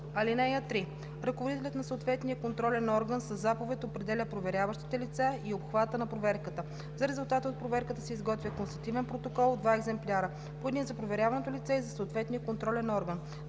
роза. (3) Ръководителят на съответния контролен орган със заповед определя проверяващите лица и обхвата на проверката. За резултата от проверката се изготвя констативен протокол в два екземпляра – по един за проверяваното лице и за съответния контролен орган.